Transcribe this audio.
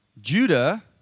Judah